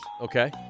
Okay